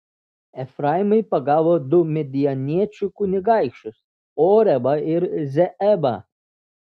efraimai pagavo du midjaniečių kunigaikščius orebą ir zeebą